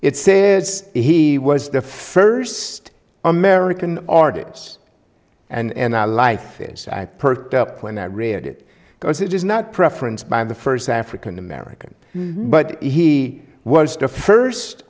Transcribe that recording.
it says he was the first american artist and i life is i perked up when i read it because it is not preference by the first african american but he was the first